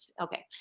Okay